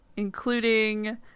Including